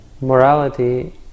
Morality